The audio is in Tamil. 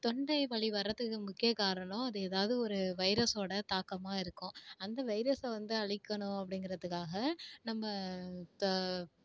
தொண்டை வலி வர்றத்துக்கு முக்கிய காரணம் அது ஏதாவது ஒரு வைரஸோடய தாக்கமாக இருக்கும் அந்த வைரஸை வந்து அழிக்கணும் அப்படிங்கறத்துக்காக நம்ம த